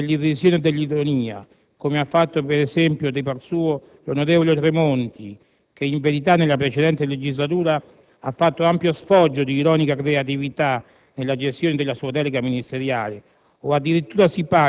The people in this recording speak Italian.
il decreto è stato emendato, come del resto è stato riconosciuto nel corso del dibattito alla Camera sia da esponenti dell'opposizione sia dallo stesso Ministro qui in Senato. Certo, se al posto del confronto si sceglie la strada